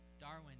Darwin